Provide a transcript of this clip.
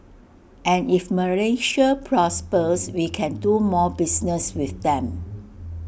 and if Malaysia prospers we can do more business with them